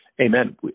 Amen